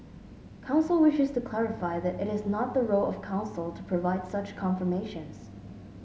council wishes to clarify that it is not the role of Council to provide such confirmations